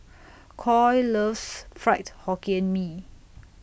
Coy loves Fried Hokkien Mee